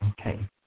Okay